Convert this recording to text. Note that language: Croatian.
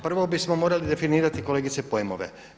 Prvo bismo morali definirati kolegice pojmove.